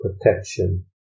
protection